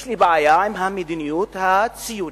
יש לי בעיה עם המדיניות הציונית,